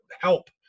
help